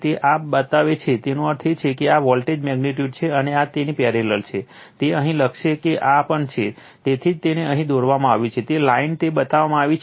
તેથી આ આ બતાવે છે તેનો અર્થ એ છે કે આ વોલ્ટેજ મેગ્નિટ્યુડ છે અને આ તેની પેરેલલ છે તે અહીં લખશે કે આ પણ છે તેથી જ તેને અહીં દોરવામાં આવ્યું છે લાઇન તે બતાવવામાં આવી છે